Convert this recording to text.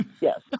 Yes